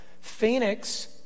Phoenix